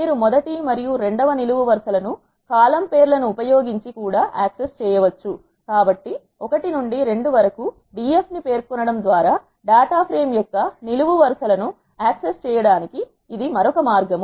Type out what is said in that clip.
మీరు మొదటి మరియు రెండవ నిలువు వరుస లను కాలమ్ పేర్లను ఉపయోగించి యాక్సెస్ చేయవచ్చు కాబట్టి 1 నుండి 2 వరకు d f ని పేర్కొనడం ద్వారా డేటా ఫ్రేమ్ యొక్క నిలువు వరుస లను యాక్సెస్ చేయడానికి ఇది మరొక మార్గం